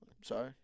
Sorry